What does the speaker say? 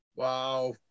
Wow